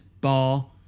bar